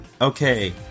Okay